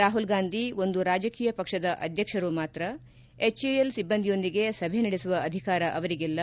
ರಾಪುಲ್ ಗಾಂಧಿ ಒಂದು ರಾಜಕೀಯ ಪಕ್ಷದ ಅಧ್ಯಕ್ಷರು ಮಾತ್ರ ಎಚ್ಎಎಲ್ ಸಿಬ್ಬಂದಿಯೊಂದಿಗೆ ಸಭೆ ನಡೆಸುವ ಅಧಿಕಾರ ಅವರಿಗಿಲ್ಲ